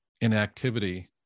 inactivity